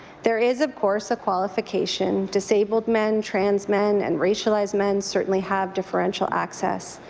there is of course a qualification, disabled men, transmen and racialized men certainly have differential access.